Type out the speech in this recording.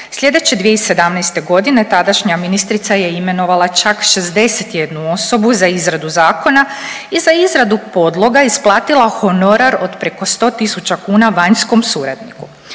Slijedeće 2017. godine tadašnja ministrica je imenovala čak 61 osobu za izradu zakona i za izradu podloga isplatila honorar od preko 100 tisuća kuna vanjskom suradniku.